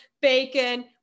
bacon